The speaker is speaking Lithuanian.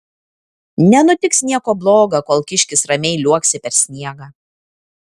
nenutiks nieko bloga kol kiškis ramiai liuoksi per sniegą